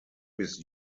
bis